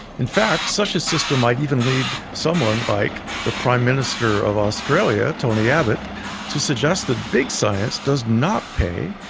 in fact, such as system might even lead someone like, say, the prime minister of australia, to and yeah but to suggest that big science does not pay,